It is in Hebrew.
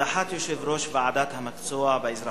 הדחת יושב-ראש ועדת המקצוע באזרחות.